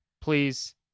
please